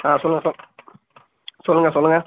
ஆ சொல்லுங்க சார் சொல்லுங்க சொல்லுங்க